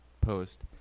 Post